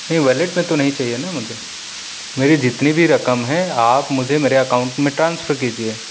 نہیں ولیٹ میں تو نہیں چاہئے نا مجھے میرے جتنے بھی رقم ہیں آپ مجھے میرے اکاؤنٹ میں ٹرانسفر کیجئے